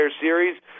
series